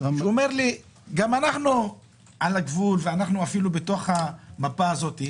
שאמר לי: גם אנחנו על הגבול ואנחנו אפילו בתוך המפה הזאת.